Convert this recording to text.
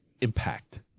impact